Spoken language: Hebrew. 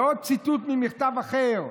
ועוד ציטוט, ממכתב אחר: